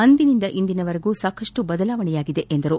ಅಂದಿನಿಂದ ಇಂದಿನವರೆಗು ಸಾಕಷ್ಟು ಬದಲಾವಣೆಯಾಗಿದೆ ಎಂದರು